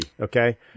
okay